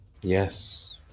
yes